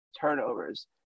turnovers